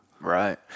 Right